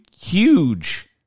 huge